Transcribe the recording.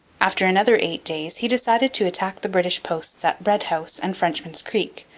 after another eight days he decided to attack the british posts at red house and frenchman's creek,